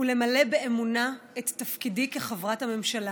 למלא באמונה את תפקידי כחברת הממשלה